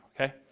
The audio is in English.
okay